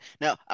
Now